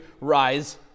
rise